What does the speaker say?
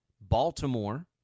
Baltimore